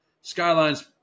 Skyline's